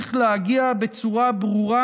ימשיך להגיע בצורה ברורה,